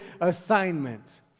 assignment